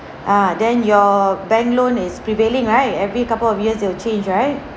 ah then your bank loan is prevailing right every couple of years it'll change right